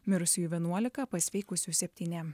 mirusiųjų vienuolika pasveikusių septyni